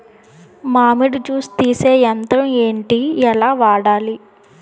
మామిడి జూస్ తీసే యంత్రం ఏంటి? ఎలా వాడాలి?